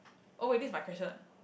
oh wait this is my question